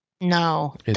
No